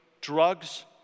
drugs